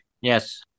Yes